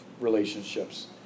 relationships